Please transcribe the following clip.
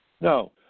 No